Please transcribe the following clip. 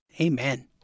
Amen